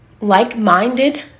like-minded